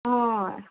अँ